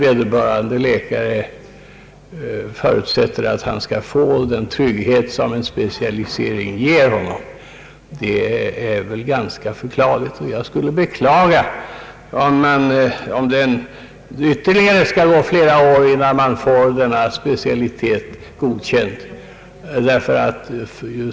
Vederbörande läkare förutsätter ju att han skall få den trygghet som en specialisering ger honom, och jag skulle beklaga om det går ytterligare flera år innan denna specialitet blir erkänd.